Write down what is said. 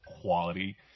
quality